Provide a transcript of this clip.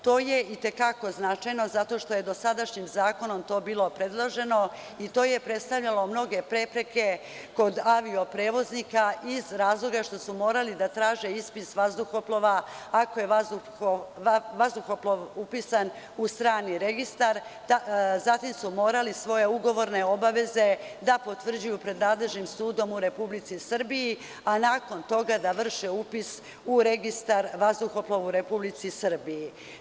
To je i te kako značajno, zato što je dosadašnjim zakonom to bilo predloženo i to je predstavljalo mnoge prepreke kod avio-prevoznika, iz razloga što su morali da traže ispis vazduhoplova, ako je vazduhoplov upisan u strani registar, zatim su morali svoje ugovorne obaveze da potvrđuju pred nadležnim sudom u Republici Srbiji, a nakon toga da vrše upis u registar vazduhoplova u Republici Srbiji.